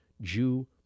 Jew